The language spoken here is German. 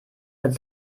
mit